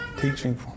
Teaching